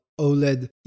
OLED